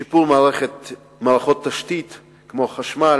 שיפור מערכות התשתית כמו חשמל,